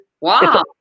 wow